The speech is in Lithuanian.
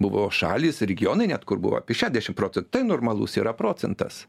buvo šalys regionai net kur buvo apie šešiasdešim procentų tai normalus yra procentas